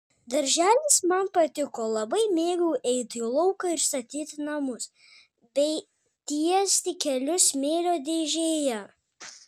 darželis man patiko labai mėgau eiti į lauką ir statyti namus bei tiesti kelius smėlio dėžėje